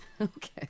okay